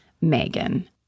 Megan